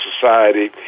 society